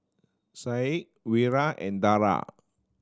Syed Wira and Dara